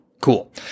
Cool